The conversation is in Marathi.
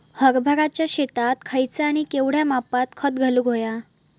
हरभराच्या शेतात खयचा आणि केवढया मापात खत घालुक व्हया?